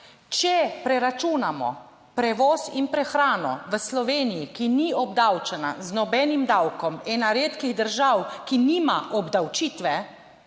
če preračunamo prevoz in prehrano v Sloveniji, ki ni obdavčena z nobenim davkom, ena redkih držav, ki nima obdavčitve,